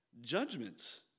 judgments